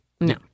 No